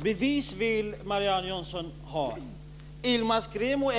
Fru talman! Marianne Jönsson vill ha bevis. Yilmaz Kerimo